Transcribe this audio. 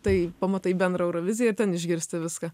tai pamatai bendrą euroviziją ir ten išgirsti viską